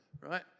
right